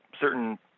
certain